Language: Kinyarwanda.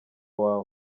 wawe